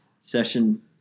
session